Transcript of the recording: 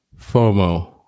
FOMO